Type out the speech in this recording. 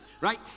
Right